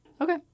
Okay